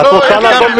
נכון?